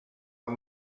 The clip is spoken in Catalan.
amb